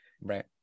Right